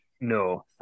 No